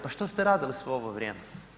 Pa što ste radili sve ovo vrijeme?